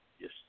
Yes